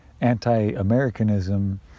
anti-Americanism